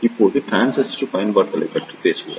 இப்போது டிரான்சிஸ்டர் பயன்பாடுகளைப் பற்றி பேசுவோம்